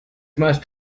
must